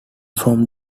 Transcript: from